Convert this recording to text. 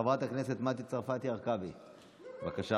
חברת הכנסת מטי צרפתי הרכבי, בבקשה.